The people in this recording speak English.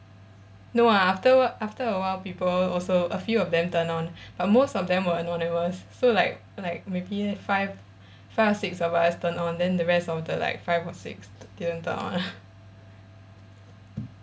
no ah after after a while people also a few of them turned on but most of them were anonymous so like like maybe five five or six of us turned on then the rest of the like five or six didn't turn on